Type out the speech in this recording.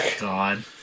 God